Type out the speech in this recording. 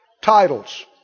Titles